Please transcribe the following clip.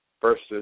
versus